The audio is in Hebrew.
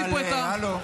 אבל הלו.